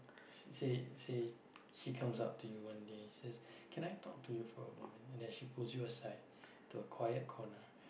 say say she comes up to you one day says can I talk to you for a moment and then she pulls you to a quiet corner